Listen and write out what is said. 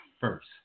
first